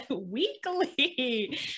weekly